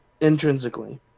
Intrinsically